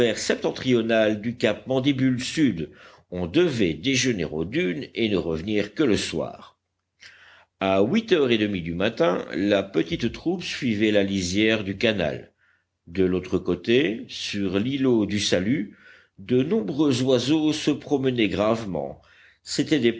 septentrional du cap mandibule sud on devait déjeuner aux dunes et ne revenir que le soir à huit heures et demie du matin la petite troupe suivait la lisière du canal de l'autre côté sur l'îlot du salut de nombreux oiseaux se promenaient gravement c'étaient des